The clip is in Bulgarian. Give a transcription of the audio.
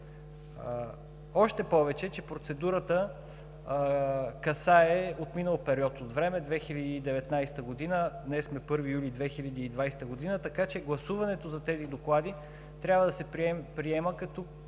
Още повече, че процедурата касае отминал период от време – 2019 г., днес сме 1 юли 2020 г., така че гласуването за тези доклади трябва да се приема като